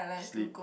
sleep